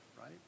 right